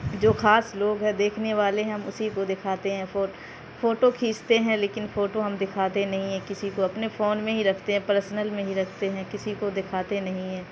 جو خاص لوگ ہے دیکھنے والے ہم اسی کو دکھاتے ہیں فوٹو کھیچتے ہیں لیکن فوٹو ہم دکھاتے نہیں ہیں کسی کو اپنے فون میں ہی رکھتے ہیں پرسنل میں ہی رکھتے ہیں کسی کو دکھاتے نہیں ہیں